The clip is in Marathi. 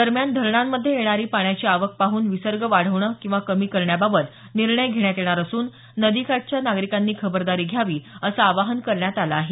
दरम्यान धरणांमध्ये येणारी पाण्याची आवक पाहून विसर्ग वाढवणं किंवा कमी करण्याबाबत निर्णय घेण्यात येणार असून नदी काठच्या नागरिकांनी खबरदारी घ्यावी असं आवाहन करण्यात आलं आहे